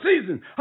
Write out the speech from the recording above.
season